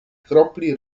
kropli